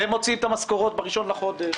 והם מוציאים את המשכורות ב-1 בחודש,